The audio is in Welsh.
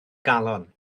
galon